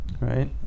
Right